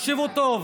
תקשיבו טוב,